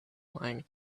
lying